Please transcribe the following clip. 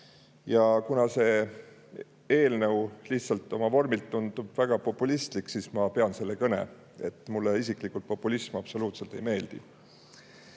Kuna see eelnõu lihtsalt oma vormilt tundub väga populistlik, siis ma pean selle kõne, ehkki mulle isiklikult populism absoluutselt ei meeldi. See